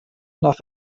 nach